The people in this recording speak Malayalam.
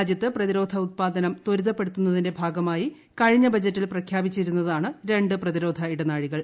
രാജ്യത്ത് പ്രതിരോധ ഉത്പാദസ്റ്റ് തൂരിതപ്പെടുത്തുന്നതിന്റെ ഭാഗമായി കഴിഞ്ഞ ബജറ്റിൽ പ്രഖ്യാപ്പിച്ചിരുന്നതാണ് രണ്ട് പ്രതിരോധ ഇടനാഴികൾ